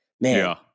Man